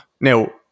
Now